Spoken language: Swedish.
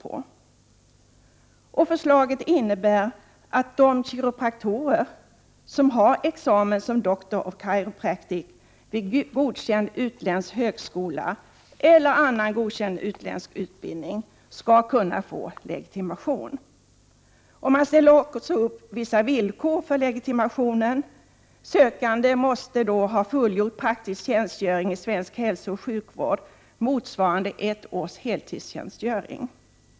Förslaget innebär att de kiropraktorer som har examen som Doctors of Chiropractic vid godkänd utländsk högskola eller som har annan godkänd utländsk utbildning skall kunna få legitimation. Som villkor för legitimation måste sökanden ha fullgjort praktisk tjänstgöring i svensk hälsooch sjukvård motsvarande ett års heltidstjänstgöring.